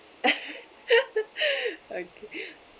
okay